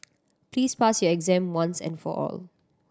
please pass your exam once and for all